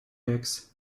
eggs